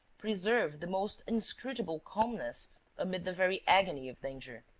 preserved the most inscrutable calmness amid the very agony of danger.